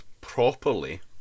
properly